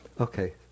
Okay